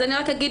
אז אני רק אגיד,